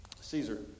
Caesar